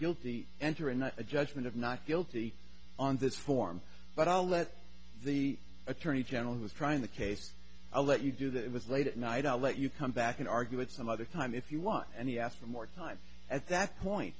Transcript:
guilty enter into a judgment of not guilty on this form but i'll let the attorney general who's trying the case i'll let you do that it was late at night i'll let you come back and argue with some other time if you want and he asked for more time at that point